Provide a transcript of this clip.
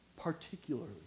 Particularly